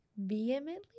Vehemently